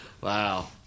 Wow